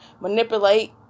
manipulate